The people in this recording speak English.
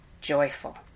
joyful